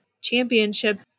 championship